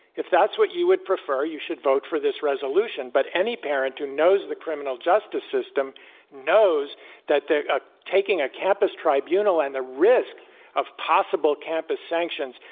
if that's what you would prefer, you should vote for this resolution, but any parent who knows the criminal justice system knows that they ah taking a campus tribunal and the risk of possible campus sanctions,